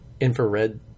infrared